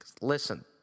Listen